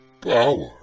power